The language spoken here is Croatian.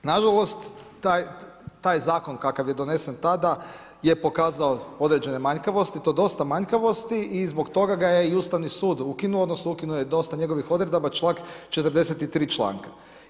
Nažalost, taj zakon kakav je donesen tada je pokazao određene manjkavosti i to dosta manjkavosti i zbog toga ga je Ustavni sud ukinuo odnosno ukinuo je dosta njegovih odredaba čak 43 članka.